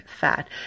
fat